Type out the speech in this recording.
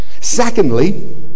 Secondly